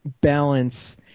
balance